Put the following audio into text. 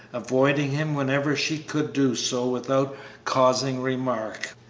avoiding him whenever she could do so without causing remark.